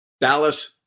Dallas